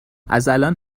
ازالان